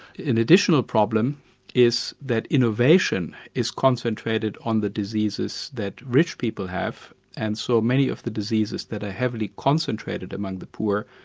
an additional problem is that innovation is concentrated on the diseases that rich people have and so many of the diseases that are heavily concentrated among the poor,